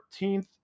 13th